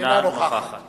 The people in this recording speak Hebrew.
אינה נוכחת